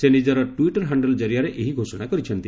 ସେ ନିଜର Twitter handle ଜରିଆରେ ଏହି ଘୋଷଣା କରିଛନ୍ତି